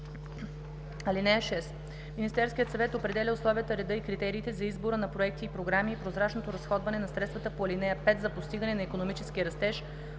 лв.“ „(6) Министерският съвет определя условията, реда и критериите за избора на проекти и програми и прозрачното разходване на средствата по ал. 5, за постигане на икономически растеж,